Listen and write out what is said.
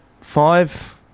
five